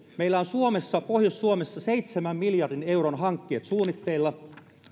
meillä on pohjois suomessa seitsemän miljardin euron hankkeet suunnitteilla